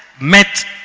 met